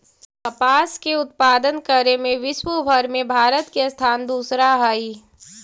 कपास के उत्पादन करे में विश्वव भर में भारत के स्थान दूसरा हइ